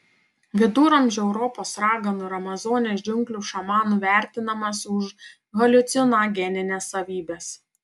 viduramžių europos raganų ir amazonės džiunglių šamanų vertinamas už haliucinogenines savybes